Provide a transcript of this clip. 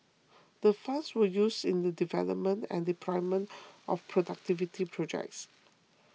the funds were used in the development and deployment of productivity projects